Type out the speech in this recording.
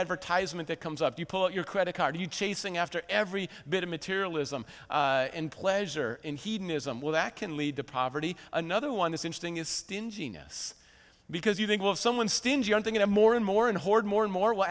advertisement that comes up you pull your credit card you chasing after every bit of materialism and pleasure and hedonism well that can lead to poverty another one this interesting is stinginess because you think of someone stingy on thing in a more and more and hoard more and more well